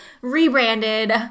rebranded